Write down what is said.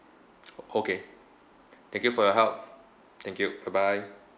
okay thank you for your help thank you bye bye